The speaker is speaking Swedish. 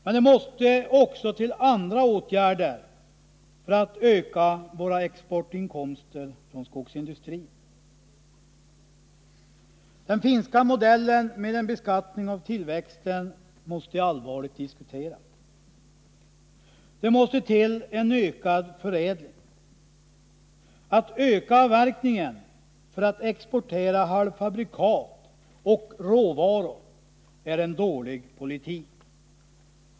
Men det fordras också andra åtgärder för att öka våra exportinkomster från skogsindustrin. Den finska modellen med en beskattning av tillväxten måste allvarligt diskuteras. Det krävs en ökad förädling. Att öka avverkningen för att exportera halvfabrikat och råvaror är en dålig politik.